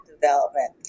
development